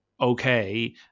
okay